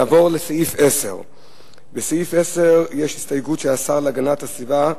נעבור לסעיף 10. בסעיף 10 יש הסתייגות של השר להגנת הסביבה,